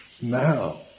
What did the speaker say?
now